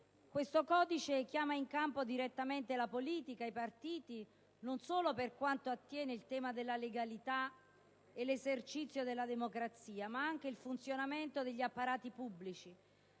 Tale codice chiama in campo direttamente la politica e i partiti, non solo per quanto attiene al tema della legalità e dell'esercizio della democrazia, ma anche per il funzionamento degli apparati pubblici.